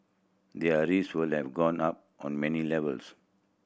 their risks would have gone up on many levels